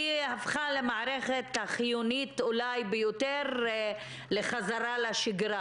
הפכה למערכת החיונית אולי ביותר לחזרה לשגרה